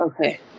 Okay